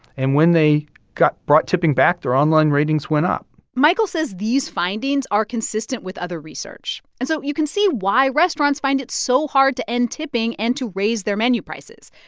and when they got brought tipping back, their online ratings went up michael says these findings are consistent with other research. and so you can see why restaurants find it so hard to end tipping and to raise their menu prices.